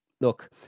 Look